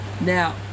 Now